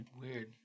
Weird